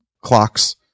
clocks